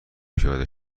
پیاده